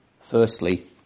firstly